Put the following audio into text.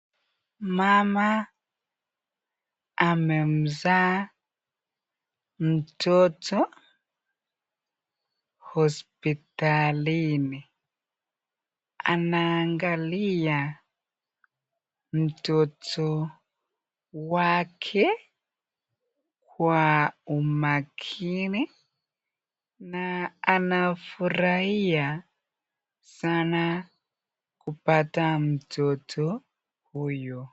Mama amemzaa mtoto hospitalini. Anaangalia mtoto wake kwa umakini na anafurahia sana kupata mtoto huyo.